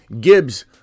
Gibbs